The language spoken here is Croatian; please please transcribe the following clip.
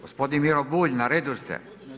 Gospodin Miro Bulj, na redu ste.